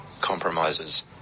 Compromises